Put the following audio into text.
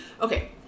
okay